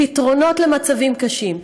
פתרונות למצבים קשים,